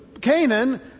Canaan